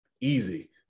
easy